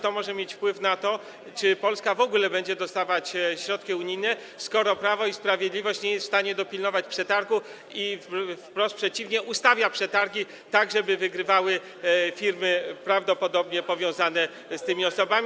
To może mieć wpływ na to, czy Polska w ogóle będzie dostawać środki unijne, skoro Prawo i Sprawiedliwość nie jest w stanie dopilnować przetargu, wprost przeciwnie: ustawia przetargi tak, żeby wygrywały firmy prawdopodobnie powiązane z tymi osobami.